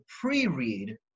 pre-read